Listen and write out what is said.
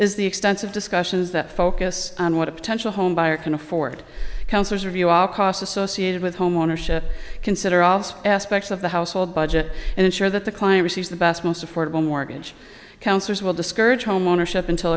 is the extensive discussions that focus on what a potential home buyer can afford counselors review all costs associated with homeownership consider also aspects of the household budget and ensure that the client receives the best most affordable mortgage counselors will discourage home ownership until